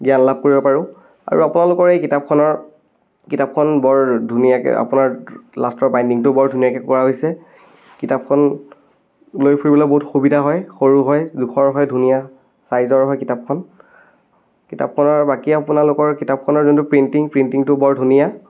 জ্ঞান লাভ কৰিব পাৰোঁ আৰু আপোনালোকৰ এই কিতাপখনৰ কিতাপখন বৰ ধুনীয়াকৈ আপোনাৰ লাষ্টৰ বাইণ্ডিংটো বৰ ধুনীয়াকৈ কৰা হৈছে কিতাপখন লৈ ফুৰিবলৈ বহুত সুবিধা হয় সৰু হয় জোখৰ হয় ধুনীয়া চাইজৰ হয় কিতাপখন কিতাপখনৰ বাকী আপোনালোকৰ কিতাপখনৰ যোনটো প্ৰিণ্টিং প্ৰিণ্টিংটো বৰ ধুনীয়া